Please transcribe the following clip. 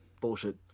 bullshit